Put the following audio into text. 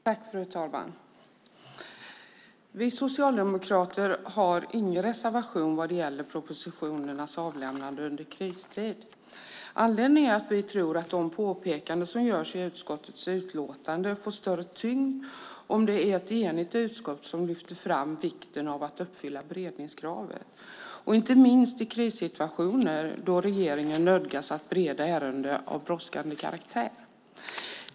Fru talman! Vi socialdemokrater har ingen reservation vad gäller propositionernas avlämnande under kristid. Anledningen är att vi tror att de påpekanden som görs i utskottets utlåtande får större tyngd om det är ett enigt utskott som lyfter fram vikten av att uppfylla beredningskraven. Det gäller inte minst i krissituationer då regeringen nödgas bereda ärenden av brådskande karaktär.